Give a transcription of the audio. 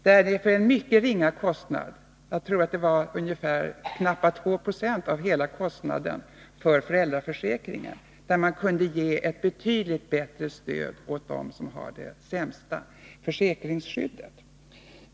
Där kan man för en mycket liten kostnad — jag tror det var knappa 2 20 av hela kostnaden för föräldraförsäkringen — ge ett betydligt bättre stöd till dem som har det sämsta försäkringsskyddet.